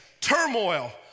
turmoil